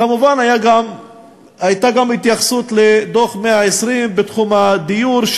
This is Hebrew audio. כמובן הייתה גם התייחסות לדוח "צוות 120 הימים" בתחום הדיור,